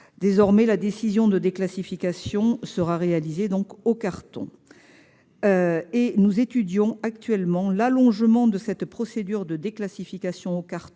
Désormais, la décision de déclassification sera réalisée au carton. Nous étudions actuellement l'extension de cette procédure de déclassification au carton